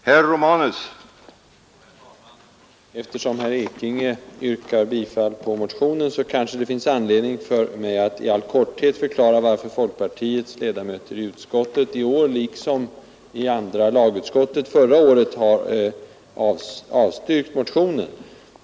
Herr talman! Eftersom herr Ekinge yrkade bifall till motionen kanske det finns anledning för mig att i all korthet förklara varför folkpartiets ledamöter i socialutskottet i år, liksom i andra lagutskottet förra året, har avstyrkt motionen.